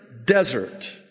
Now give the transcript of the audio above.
desert